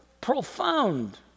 profound